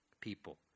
people